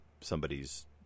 somebody's